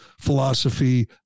philosophy